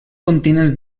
continents